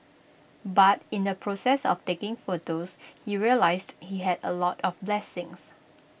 but in the process of taking photos he realised he had A lot of blessings